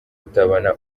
rutabana